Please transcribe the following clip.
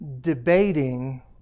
debating